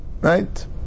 right